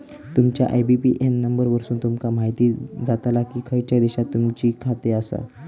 तुमच्या IBAN number वरसुन तुमका म्हायती जाताला की खयच्या देशात तुमचा खाता आसा